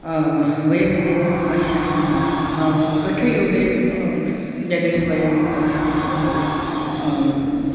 वयं यदि वयं पश्यामः हा हठयोगे यदि वयं कथां